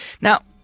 now